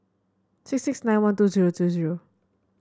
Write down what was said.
six six nine one two zero two zero